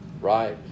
right